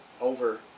over